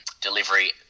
delivery